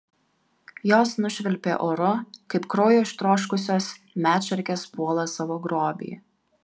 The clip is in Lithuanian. jos nušvilpė oru kaip kraujo ištroškusios medšarkės puola savo grobį